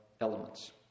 elements